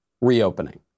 reopening